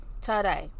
Today